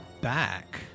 back